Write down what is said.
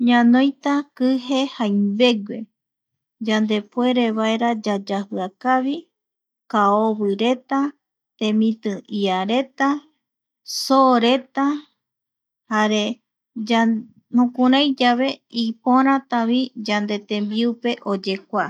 ﻿Ñanoita kije jaimbegue yandepuere vaera yayajia kavi kaovireta reta, temiti iareta, sooreta jare yan jokurai yave iporata yande tembiupe oyekua.